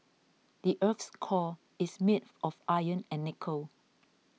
the earth's core is made of iron and nickel